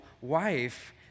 wife